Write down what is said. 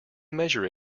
measure